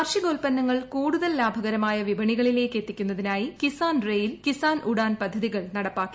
കാർഷികോത്പന്നങ്ങൾ കൂടുതൽ ലാഭകരമായ വിപണികളിലേയ്ക്ക് എത്തിക്കുന്നതിനായി കിസാൻ റെയിൽ കിസാൻ ഉഡാൻ പദ്ധതികൾ നടപ്പാക്കി